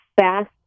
fast